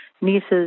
nieces